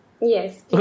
Yes